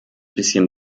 bisschen